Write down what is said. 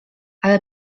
ale